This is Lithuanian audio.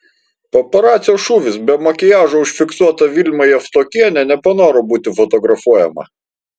paparacio šūvis be makiažo užfiksuota vilma javtokienė nepanoro būti fotografuojama